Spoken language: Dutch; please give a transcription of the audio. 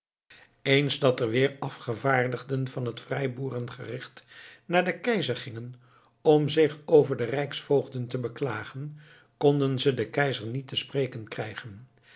eens dat er weer afgevaardigden van het vrijboeren gericht naar den keizer gingen om zich over de rijksvoogden te beklagen konden ze den keizer niet te spreken krijgen